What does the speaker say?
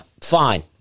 Fine